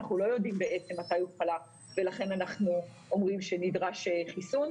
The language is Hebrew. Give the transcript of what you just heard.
אנחנו בעצם לא יודעים מתי הוא חלה ולכן אנחנו אומרים שנדרש חיסון.